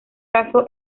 caso